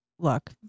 Look